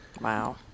Wow